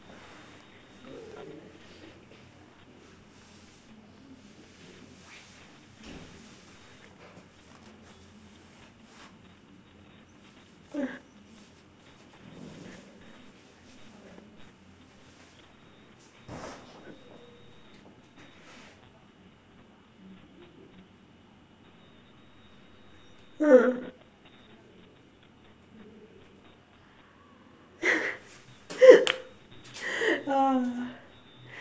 ah